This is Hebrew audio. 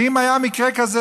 ואם היה מקרה כזה,